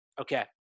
Okay